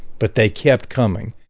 but they kept coming.